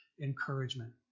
encouragement